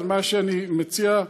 אז מה שאני מציע,